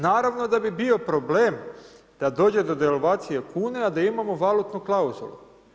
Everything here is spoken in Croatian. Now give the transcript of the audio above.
Naravno da bi bio problem, da dođe do devalvacije kune, a da imamo valutnu klauzulu.